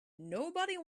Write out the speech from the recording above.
nobody